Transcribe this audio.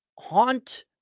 haunt